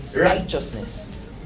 righteousness